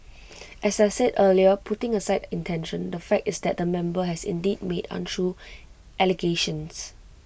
as I said earlier putting aside intention the fact is that the member has indeed made untrue allegations